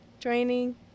training